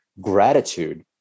gratitude